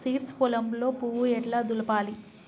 Seeds పొలంలో పువ్వు ఎట్లా దులపాలి?